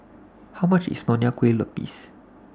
How much IS Nonya Kueh Lapis